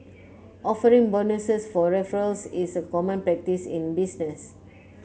offering bonuses for referrals is a common practice in business